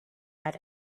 had